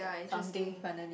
something finally